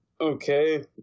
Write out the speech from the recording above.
okay